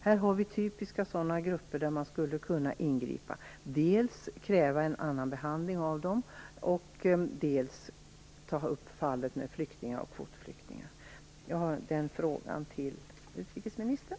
Det är typiska sådana grupper som man skulle kunna ingripa för, dels genom att kräva en annan behandling av dem, dels genom att ta upp fallet med flyktingar och kvotflyktingar. Jag ställer en fråga om det till utrikesministern.